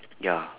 ya